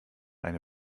eine